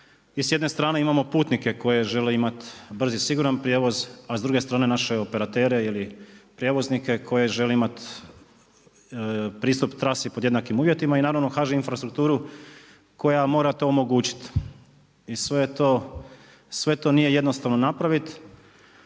i sjedne strane imamo putnike koji žele imat brz i siguran prijevoz, a s druge naše operatere ili prijevoznike koji žele imat pristup trasi pod jednakim uvjetima i naravno HŽ infrastrukturu koja mora to omogućiti. I sve to nije jednostavno napraviti.